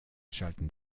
schalten